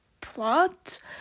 Plot